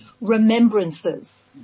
remembrances